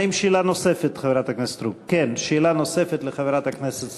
האם יש שאלה נוספת, חברת הכנסת סטרוק?